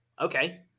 Okay